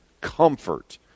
comfort